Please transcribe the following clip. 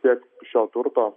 tiek šio turto